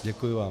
Děkuji vám.